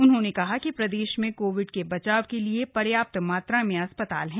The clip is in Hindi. उन्होंने कहा कि प्रदेश में कोविड के बचाव के लिए पर्याप्त मात्रा में अस्पताल हैं